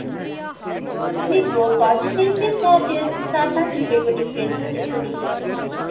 हजुर अमृतभोगको हजुर सेम सेम छ त्यो चार पाँच रुपियाँको डिफ्रेन्ट छ त्यस्तो बेसी छैन